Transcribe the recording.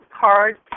card